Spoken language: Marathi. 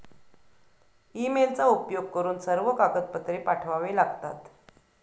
ईमेलचा उपयोग करून सर्व कागदपत्रे पाठवावे लागतात